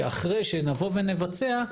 שאחרי שנבוא ונבצע,